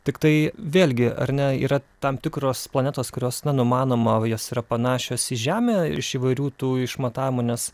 tiktai vėlgi ar ne yra tam tikros planetos kurios na numanoma jos yra panašios į žemę iš įvairių tų išmatavimų nes